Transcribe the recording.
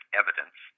evidence